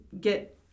get